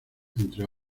entre